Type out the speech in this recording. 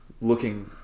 looking